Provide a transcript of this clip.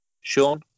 Sean